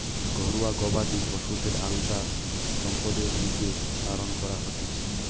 ঘরুয়া গবাদি পশুদের আলদা সম্পদের লিগে পালন করা হতিছে